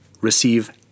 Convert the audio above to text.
receive